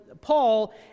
Paul